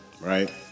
right